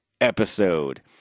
episode